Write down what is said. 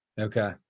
Okay